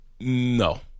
no